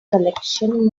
collection